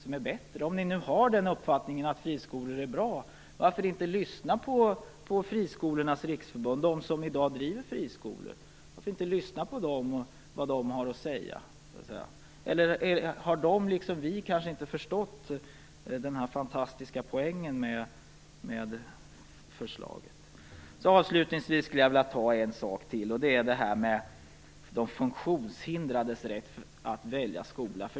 Om majoriteten nu har uppfattningen att friskolor är bra, varför inte lyssna på Friskolornas riksförbund och på dem som i dag driver friskolor och höra vad de har att säga? Eller har de, liksom vi, kanske inte förstått den fantastiska poängen med detta förslag? Avslutningsvis vill jag ta upp de funktionshindrades rätt att välja skola.